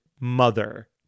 mother